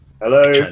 Hello